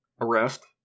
arrest